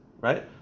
right